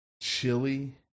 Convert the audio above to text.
chili